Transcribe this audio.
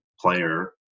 player